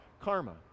karma